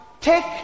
take